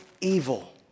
evil